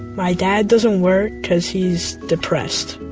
my dad doesn't work because he's depressed.